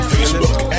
Facebook